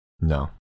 No